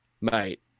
mate